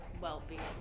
well-being